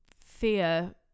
fear